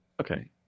Okay